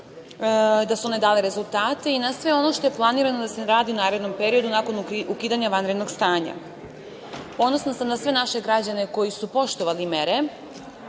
da su one dale rezultate i na sve ono što je planirano da se radi u narednom periodu, nakon ukidanja vanrednog stanja. Ponosna sam na sve naše građane koji su poštovali mere,